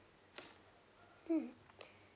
mm